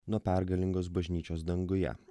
nuo pergalingos bažnyčios danguje